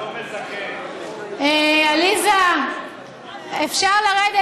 עליזה, אפשר לרדת?